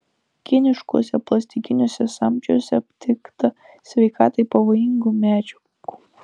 kiniškuose plastikiniuose samčiuose aptikta sveikatai pavojingų medžiagų